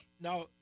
now